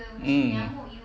mm